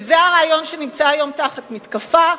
וזה הרעיון שנמצא היום תחת מתקפה,